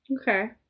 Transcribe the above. Okay